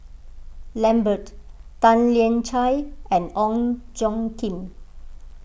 Lambert Tan Lian Chye and Ong Tjoe Kim